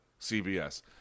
CBS